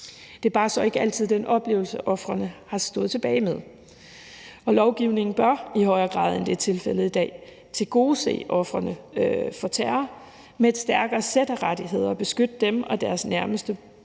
Det er bare ikke altid den oplevelse, ofrene har stået tilbage med. Kl. 16:26 Lovgivningen bør i højere grad, end det er tilfældet i dag, tilgodese ofrene for terror med et stærkere sæt af rettigheder og beskytte dem og deres nærmeste både